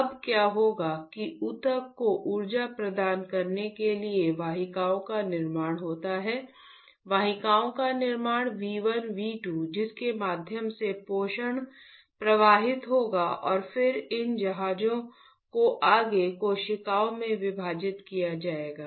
अब क्या होगा कि ऊतक को ऊर्जा प्रदान करने के लिए वाहिकाओं का निर्माण होता है वाहिकाओं का निर्माण V 1 V 2 जिसके माध्यम से पोषण प्रवाहित होगा और फिर इन जहाजों को आगे कोशिकाओं में विभाजित किया जाएगा